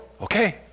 Okay